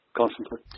constantly